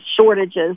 shortages